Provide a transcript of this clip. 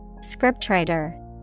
Scriptwriter